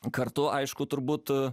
kartu aišku turbūt